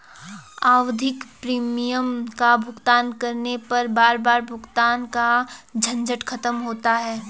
आवधिक प्रीमियम का भुगतान करने पर बार बार भुगतान का झंझट खत्म होता है